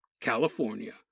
California